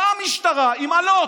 באה המשטרה עם אלות,